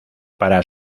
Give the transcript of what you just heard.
para